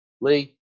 Lee